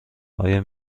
آیا